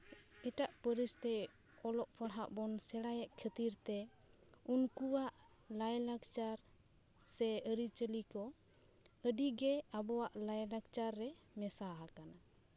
ᱮᱴᱟᱜ ᱯᱟᱹᱨᱤᱥᱛᱮ ᱚᱞᱚᱜ ᱯᱟᱲᱦᱟᱜ ᱵᱚᱱ ᱥᱮᱲᱟᱭᱮᱜ ᱠᱷᱟᱹᱛᱤᱨᱛᱮ ᱩᱱᱠᱩᱣᱟᱜ ᱞᱟᱭ ᱞᱟᱠᱪᱟᱨ ᱥᱮ ᱟᱹᱨᱤᱪᱟᱹᱞᱤ ᱠᱚ ᱟᱹᱰᱤᱜᱮ ᱟᱵᱚᱣᱟᱜ ᱞᱟᱭᱼᱞᱟᱠᱪᱟᱨ ᱨᱮ ᱢᱮᱥᱟ ᱟᱠᱟᱱᱟ